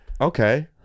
Okay